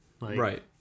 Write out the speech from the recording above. right